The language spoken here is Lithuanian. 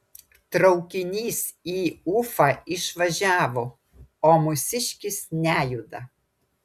traukinys į ufą išvažiavo o mūsiškis nejuda